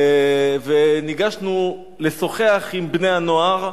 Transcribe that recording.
וניגשנו לשוחח עם בני-הנוער.